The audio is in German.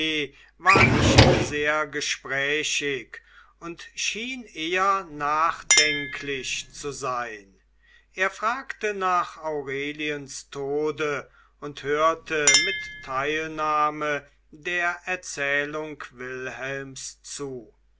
war nicht sehr gesprächig und schien eher nachdenklich zu sein er fragte nach aureliens tode und hörte mit teilnahme der erzählung wilhelms zu